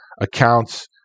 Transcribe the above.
accounts